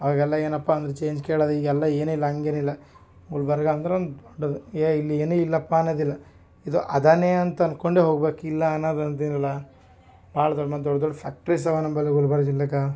ಆಗೆಲ್ಲ ಏನಪ್ಪ ಅಂದರೆ ಚೇಂಜ್ ಕೇಳೋದು ಈಗ ಎಲ್ಲ ಏನಿಲ್ಲ ಹಂಗೇನಿಲ್ಲ ಗುಲ್ಬರ್ಗ ಅಂದ್ರೆ ಒಂದು ದೊಡ್ಡದು ಎ ಇಲ್ಲಿ ಏನೂ ಇಲ್ಲಪ್ಪಾ ಅನ್ನೋದಿಲ್ಲ ಇದು ಅದಾನೇ ಅಂತ ಅನ್ಕೊಂಡೇ ಹೋಗ್ಬೇಕು ಇಲ್ಲ ಅನ್ನೊದಂತೇನಿಲ್ಲ ಭಾಳ ದೊಡ್ಡ ದೊಡ್ಡ ಮತ್ತು ದೊಡ್ಡ ದೊಡ್ಡ ಫ್ಯಾಕ್ಟ್ರಿಸ್ ಅವಾ ನಂಬಲ್ಲಿ ಗುಲ್ಬರ್ಗ ಜಿಲ್ಲೆಗಾ